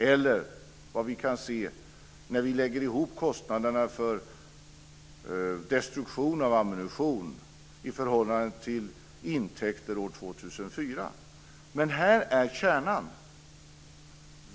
Det får vi se när man lägger ihop kostnaderna för destruktion av ammunition i förhållande till intäkter 2004. Men det är kärnan.